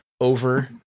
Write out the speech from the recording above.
over